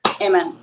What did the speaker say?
Amen